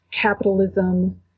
capitalism